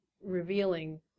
revealing